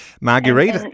Marguerite